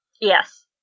Yes